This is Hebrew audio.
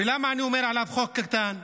ולמה אני אומר עליו חוק קטן?